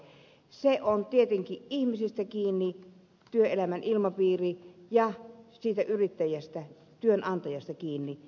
työelämän ilmapiiri on tietenkin ihmisistä kiinni ja siitä yrittäjästä työnantajasta kiinni